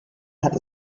hat